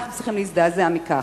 אנחנו צריכים להזדעזע מכך.